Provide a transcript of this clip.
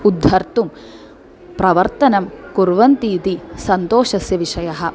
उद्धर्तुं प्रवर्तनं कुर्वन्तीति सन्तोषस्य विषयः